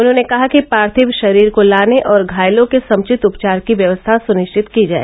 उन्होंने कहा कि पार्थिव शरीर को लाने और घायलों के समुचित उपचार की व्यवस्था सुनिश्चित की जाय